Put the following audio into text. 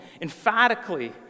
emphatically